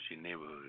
neighborhood